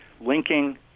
linking